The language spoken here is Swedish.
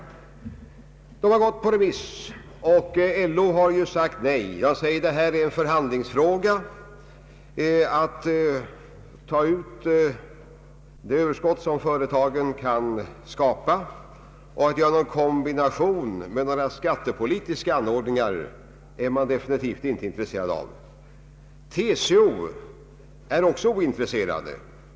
Motionerna har varit ute på remiss. LO har sagt nej med den motiveringen att detta är en förhandlingsfråga. Inom LO är man definitivt inte intresserad av att på det sätt motionärerna tänker sig ta ut det överskott som företagen kan skapa eller att här få till stånd någon kombination med skattepolitiska anordningar. TCO har inte heller visat något intresse för motionärernas förslag.